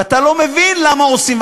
ואתה לא מבין למה עושים,